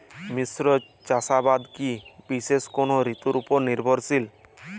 মিশ্র চাষাবাদ কি বিশেষ কোনো ঋতুর ওপর নির্ভরশীল?